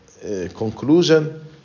conclusion